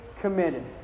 committed